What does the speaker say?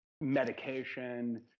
medication